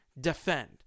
Defend